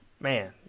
man